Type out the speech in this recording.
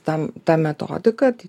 tam ta metodika tai